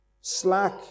slack